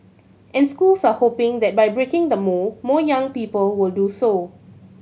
and schools are hoping that by breaking the mould more young people will do so